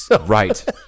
Right